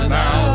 now